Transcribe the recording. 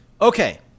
Okay